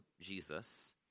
Jesus